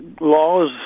laws